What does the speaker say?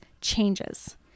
changes